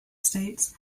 states